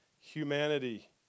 humanity